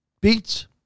beats